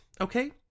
okay